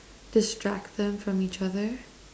distract them from each other